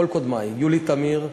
כל קודמי: יולי תמיר,